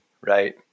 Right